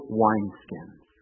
wineskins